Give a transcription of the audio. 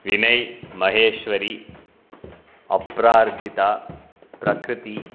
विनय् महेश्वरी अप्रार्जिता प्रकृति